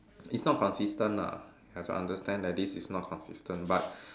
it's not consistent ah have to understand that this is not consistent but